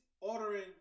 ordering